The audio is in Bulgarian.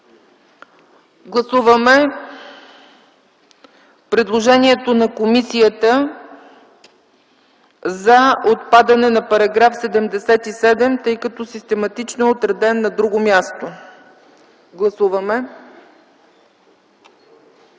гласуване предложението на комисията за отпадане на § 77, тъй като систематично е отразен на друго място. Гласували